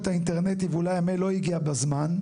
האינטרנטית ואולי המייל לא הגיע בזמן,